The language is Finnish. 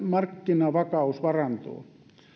markkinavakausvarantoon